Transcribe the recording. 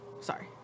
Sorry